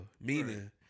Meaning